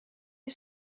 you